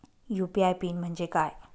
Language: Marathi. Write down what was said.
यू.पी.आय पिन म्हणजे काय?